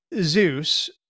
zeus